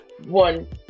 One